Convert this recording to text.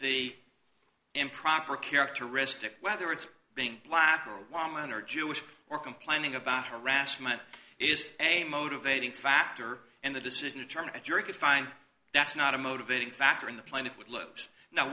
the improper characteristic whether it's being black or white man or jewish or complaining about harassment is a motivating factor in the decision to turn a jury could find that's not a motivating factor in the plan